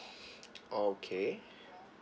okay